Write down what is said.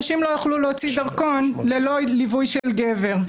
נשים לא יוכלו להוציא דרכון ללא ליווי של גבר.